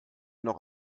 noch